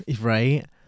right